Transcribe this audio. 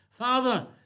Father